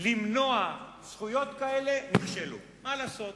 למנוע זכויות כאלה נכשלו, מה לעשות.